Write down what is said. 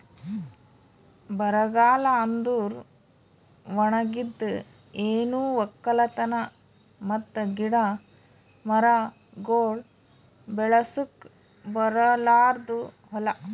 ಬರಗಾಲ ಅಂದುರ್ ಒಣಗಿದ್, ಏನು ಒಕ್ಕಲತನ ಮತ್ತ ಗಿಡ ಮರಗೊಳ್ ಬೆಳಸುಕ್ ಬರಲಾರ್ದು ಹೂಲಾ